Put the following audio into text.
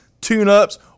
tune-ups